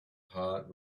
hard